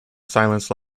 silence